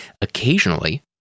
occasionally